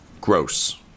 gross